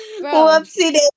Whoopsie